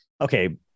okay